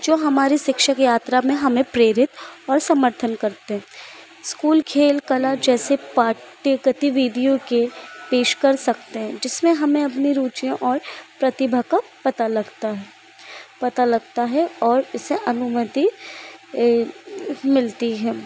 जो हमारी शिक्षक यात्रा में हमें प्रेरित और समर्थन करते हैं स्कूल खेल कला जैसे पाट्य गतिविधियों के पेश कर सकते हैं जिसमें हमें अपनी रूचियाें और प्रतिभा का पता लगता है पता लगता है और इससे अनुमति मिलती है